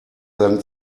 than